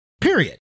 Period